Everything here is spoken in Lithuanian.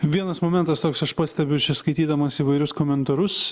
vienas momentas toks aš pastebiu skaitydamas įvairius komentarus